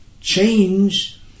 change